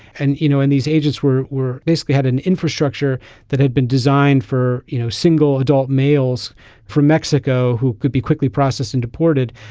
and you know when these agents were were basically had an infrastructure that had been designed for you know single adult males from mexico who could be quickly processed and deported.